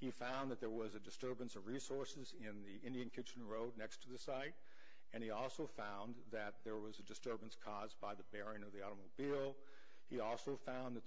he found that there was a disturbance or resources in the indian kitchen road next to the site and he also found that there was a disturbance caused by the bearing of the automobile he also found that the